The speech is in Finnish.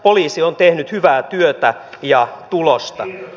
poliisi on tehnyt hyvää työtä ja tulosta